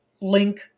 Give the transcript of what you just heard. link